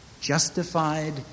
Justified